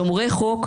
שומרי חוק,